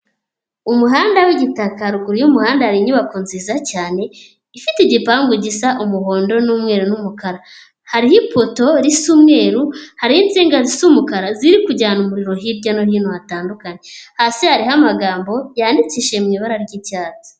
Umuhanda w'igitaka, ruguru y'umuhanda hari inyubako nziza cyane ifite igipangu gisa umuhondo n'umweru n'umukara. Hariho ipoto risa umweru, hariho insinga zisa umukara ziri kujyana umuriro hirya no hino hatandukanye. Hasi hariho amagambo yandikishije mu ibara ry'icyatsi.